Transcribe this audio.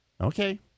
Okay